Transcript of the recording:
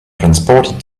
transported